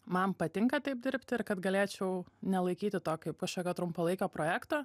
man patinka taip dirbti ir kad galėčiau nelaikyti to kaip kažkokio trumpalaikio projekto